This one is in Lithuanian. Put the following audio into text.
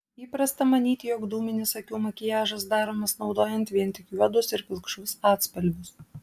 įprasta manyti jog dūminis akių makiažas daromas naudojant vien tik juodus ir pilkšvus atspalvius